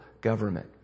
government